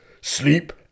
sleep